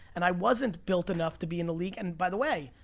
and i wasn't built enough to be in the league. and by the way,